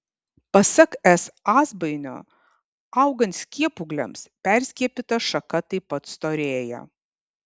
pasak s azbainio augant skiepūgliams perskiepyta šaka taip pat storėja